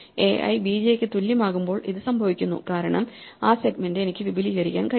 ai bj ക്ക് തുല്യമാകുമ്പോൾ ഇത് സംഭവിക്കുന്നു കാരണം ആ സെഗ്മെന്റ് എനിക്ക് വിപുലീകരിക്കാൻ കഴിയും